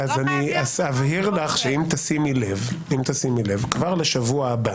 אבהיר שאם תשימי לב, כבר לשבוע הבא